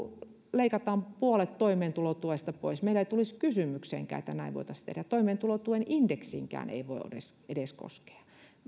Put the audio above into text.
leikataan puolet toimeentulotuesta pois meillä ei tulisi kysymykseenkään että näin voitaisiin tehdä toimeentulotuen indeksiinkään ei voi edes edes koskea